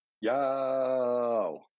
Yo